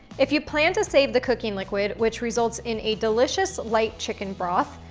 if you plan to save the cooking liquid, which results in a delicious light chicken broth,